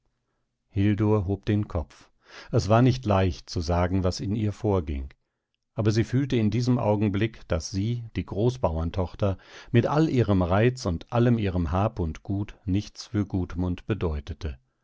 hob den kopf es war nicht leicht zu sagen was in ihr vorging aber sie fühlte in diesem augenblick daß sie die großbauerntochter mit all ihrem reiz und allem ihrem hab und gut nichts für gudmund bedeutete